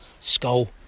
skull